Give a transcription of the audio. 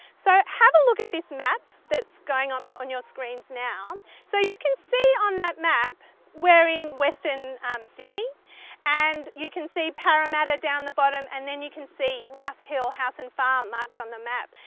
so, have a look at this map that's going up on your screens now. so, you can see on that map we're in western sydney and you can see parramatta down the bottom and then you can see rouse hill house and farm marked on the map.